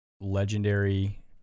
legendary